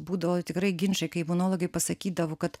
būdavo tikrai ginčai kai imunologai pasakydavo kad